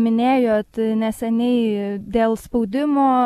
minėjot neseniai dėl spaudimo